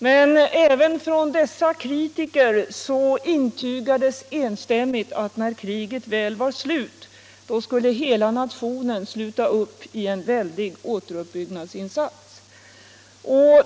Men även dessa kritiker intygade enstämmigt att när kriget väl var slut skulle hela vår nation sluta upp i en väldig återuppbyggnadsinsats.